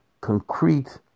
concrete